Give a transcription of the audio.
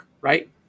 right